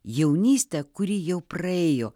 jaunystę kuri jau praėjo